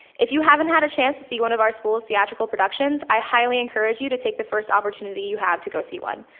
if you haven't had a chance to see one of our schools theatrical productions, i highly encourage you to take the first opportunity you have to go see one.